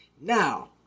Now